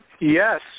Yes